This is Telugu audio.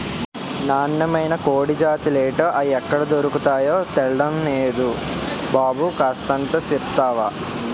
నాన్నమైన కోడి జాతులేటో, అయ్యెక్కడ దొర్కతాయో తెల్డం నేదు బాబు కూసంత సెప్తవా